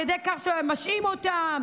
על ידי כך שמשעים אותם,